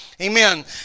Amen